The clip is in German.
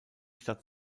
stadt